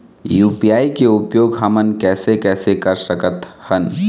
UPI के उपयोग हमन कैसे कैसे कर सकत हन?